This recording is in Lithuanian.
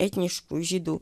techniškų žydų